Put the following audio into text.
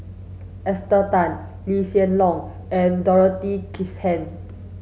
Esther Tan Lee Hsien Loong and Dorothy Krishnan